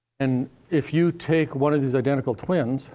and if you take one of these identical twins